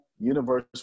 Universe